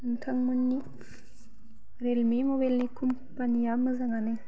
नोंथांमोननि रियेलमि मबाइलनि कम्पानिआ मोजाङानो